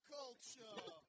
culture